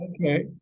Okay